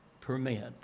permit